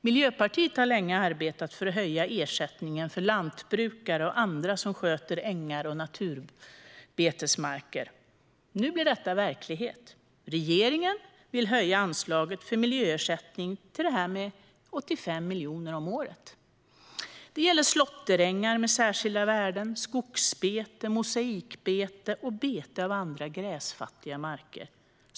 Miljöpartiet har länge arbetat för att höja ersättningen för lantbrukare och andra som sköter ängar och naturbetesmarker. Nu blir detta verklighet. Regeringen vill höja anslaget för miljöersättningen till detta med 85 miljoner om året. Det gäller slåtterängar med särskilda värden, skogsbete, mosaikbete och bete av andra gräsfattiga marker.